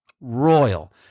royal